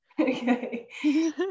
Okay